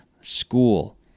school